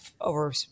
over